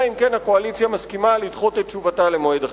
אלא אם כן הקואליציה מסכימה לדחות את תשובתה למועד אחר.